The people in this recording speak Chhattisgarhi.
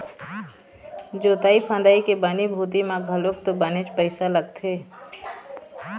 जोंतई फंदई के बनी भूथी म घलोक तो बनेच पइसा लगथे